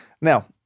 Now